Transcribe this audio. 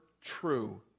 true